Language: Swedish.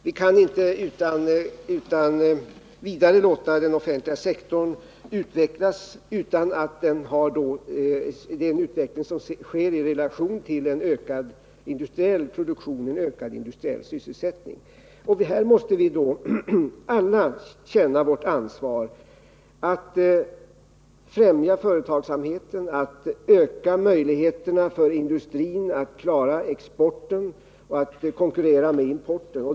Vi kan inte utan vidare låta den offentliga sektorn utvecklas utan att denna utveckling sker i relation till en ökad industriell produktion och en ökad industrisysselsättning. Vi måste alla känna vårt ansvar när det gäller att främja företagsamheten och att öka möjligheterna för industrin att klara exporten och att konkurrera med importen.